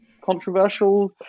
controversial